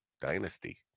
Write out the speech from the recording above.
dynasty